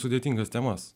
sudėtingas temas